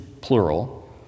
plural